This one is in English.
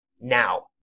Now